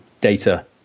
data